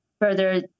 further